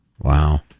Wow